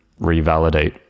revalidate